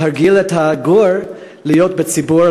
להרגיל את הגור להיות בציבור,